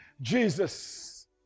Jesus